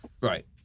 Right